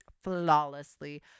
flawlessly